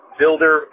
builder